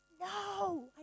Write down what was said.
no